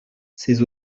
ces